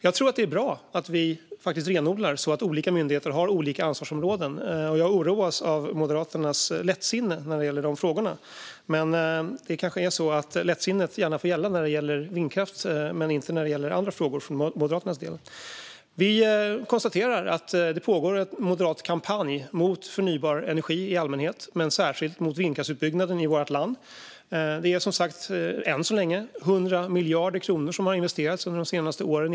Jag tror att det är bra att vi renodlar så att olika myndigheter har olika ansvarsområden. Jag oroas av Moderaternas lättsinne när det gäller de frågorna. Men det kanske är så för Moderaternas del att lättsinnet gärna får gälla när det gäller vindkraft men inte när det gäller andra frågor. Vi kan konstatera att det pågår en moderat kampanj mot förnybar energi i allmänhet och vindkraftsutbyggnaden i vårt land i synnerhet. Som sagt är det än så länge 100 miljarder kronor som har investerats i vindkraft under de senaste åren.